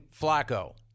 Flacco